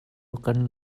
kan